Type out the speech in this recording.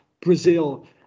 Brazil